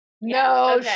No